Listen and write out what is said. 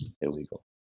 illegal